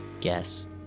guess